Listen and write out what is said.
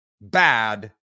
bad